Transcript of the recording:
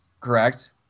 correct